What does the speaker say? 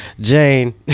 Jane